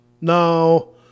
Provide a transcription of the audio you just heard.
no